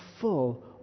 full